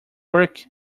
work